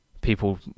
people